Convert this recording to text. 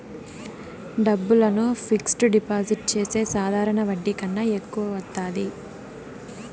డబ్బులను fixed deposit చేస్తే సాధారణ వడ్డీ కన్నా ఎక్కువ వత్తాది